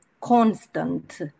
constant